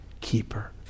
keeper